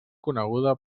coneguda